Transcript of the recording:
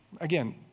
again